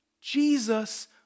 Jesus